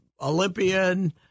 Olympian